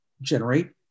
generate